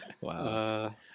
Wow